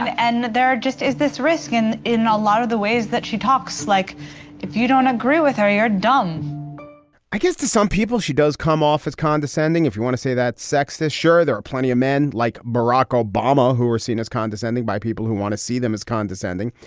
and there just as this riskin in a lot of the ways that she talks like if you don't agree with her, you're dumb i guess to some people she does come off as condescending, if you want to say that. sexist. sure. there are plenty of men like barack obama who are seen as condescending by people who want to see them as condescending.